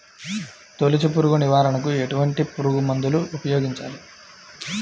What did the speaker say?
తొలుచు పురుగు నివారణకు ఎటువంటి పురుగుమందులు ఉపయోగించాలి?